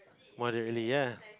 moderately ya